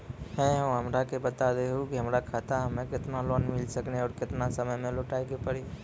है हो हमरा के बता दहु की हमार खाता हम्मे केतना लोन मिल सकने और केतना समय मैं लौटाए के पड़ी?